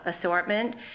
assortment